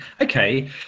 Okay